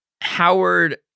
howard